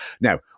Now